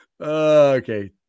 Okay